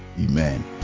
Amen